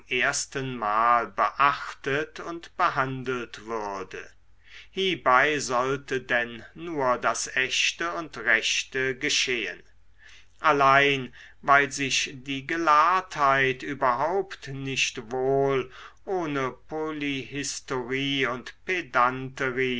zum erstenmal beachtet und behandelt würde hiebei sollte denn nur das echte und rechte geschehen allein weil sich die gelahrtheit überhaupt nicht wohl ohne polyhistorie und